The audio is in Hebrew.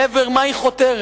לעבר מה היא חותרת?